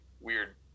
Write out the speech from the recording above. weird